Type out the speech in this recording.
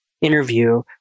interview